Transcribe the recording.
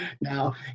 Now